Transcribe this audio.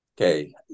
Okay